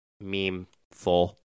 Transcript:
meme-full